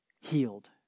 healed